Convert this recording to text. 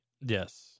Yes